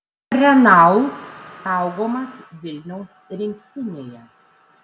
renault saugomas vilniaus rinktinėje